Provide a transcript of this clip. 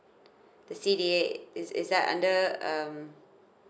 the C D A is is that under um